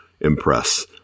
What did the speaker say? impress